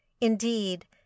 Indeed